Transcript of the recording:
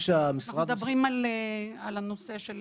אנחנו מדברים על הנושא של